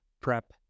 prep